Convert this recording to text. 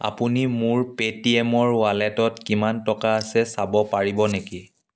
আপুনি মোৰ পে'টিএমৰ ৱালেটত কিমান টকা আছে চাব পাৰিব নেকি